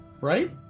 right